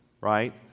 right